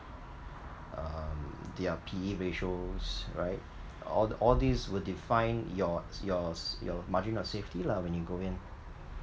um their P_E ratios right all the all these would define your your your margin of safety lah when you go in